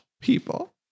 people